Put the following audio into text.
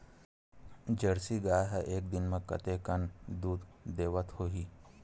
Jersey गाय ह एक दिन म कतेकन दूध देत होही?